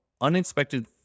unexpected